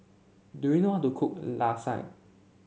do you know how to cook Lasagne